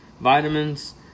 vitamins